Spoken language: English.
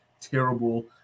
terrible